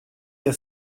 der